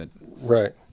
Right